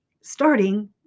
starting